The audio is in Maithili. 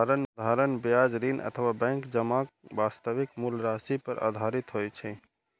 साधारण ब्याज ऋण अथवा बैंक जमाक वास्तविक मूल राशि पर आधारित होइ छै